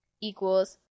equals